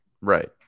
Right